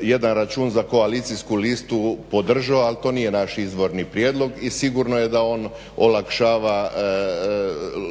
jedan račun za koalicijsku listu podržao ali to nije naš izvorni prijedlog i sigurno je da on